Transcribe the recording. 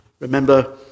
Remember